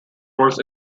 roles